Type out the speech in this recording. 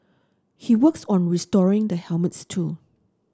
he works on restoring the helmets too